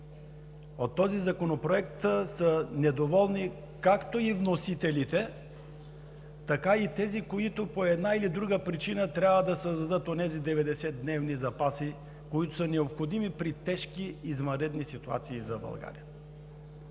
От този законопроект са недоволни както вносителите, така и тези, които по една или друга причина трябва да създадат онези 90 дневни запаси, които са необходими при тежки извънредни ситуации за България.